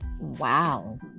Wow